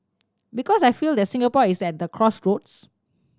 because I feel that Singapore is at the crossroads